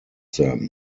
them